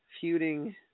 feuding